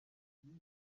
muri